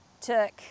took